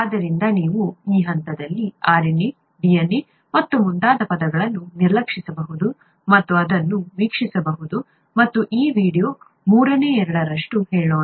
ಆದ್ದರಿಂದ ನೀವು ಈ ಹಂತದಲ್ಲಿ RNA DNA ಮತ್ತು ಮುಂತಾದ ಪದಗಳನ್ನು ನಿರ್ಲಕ್ಷಿಸಬಹುದು ಮತ್ತು ಇದನ್ನು ವೀಕ್ಷಿಸಬಹುದು ಮತ್ತು ಈ ವೀಡಿಯೊದ ಮೂರನೇ ಎರಡರಷ್ಟು ಹೇಳೋಣ